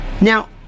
Now